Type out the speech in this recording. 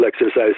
exercise